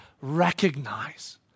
recognize